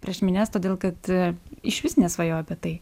prieš minias todėl kad išvis nesvajojau apie tai